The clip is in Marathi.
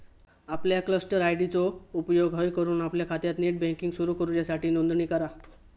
आपल्या क्लस्टर आय.डी चो उपेग हय करून आपल्या खात्यात नेट बँकिंग सुरू करूच्यासाठी नोंदणी करा